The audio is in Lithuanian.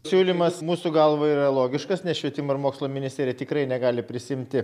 siūlymas mūsų galva yra logiškas nes švietimo ir mokslo ministerija tikrai negali prisiimti